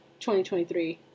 2023